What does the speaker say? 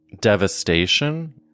devastation